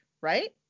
right